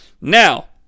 Now